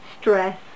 stress